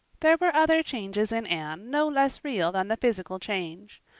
there were other changes in anne no less real than the physical change.